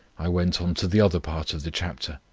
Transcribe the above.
i went on to the other part of the chapter,